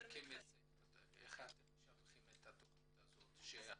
איך אתם משווקים את התכנית הזאת?